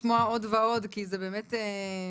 אפשר לשמוע עוד ועוד כי זה באמת מרתק.